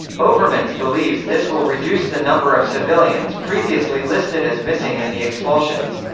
overmans believes this will reduce the number of civilians previously listed as missing in the expulsions.